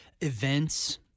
events